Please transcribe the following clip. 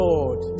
Lord